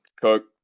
Cook